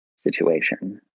situation